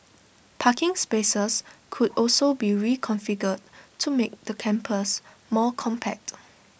parking spaces could also be reconfigured to make the campus more compact